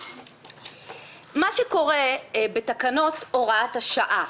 מה שקורה בתקנות הוראת השעה,